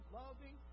loving